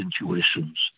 intuitions